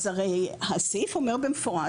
אז הרי הסעיף אומר במפורש,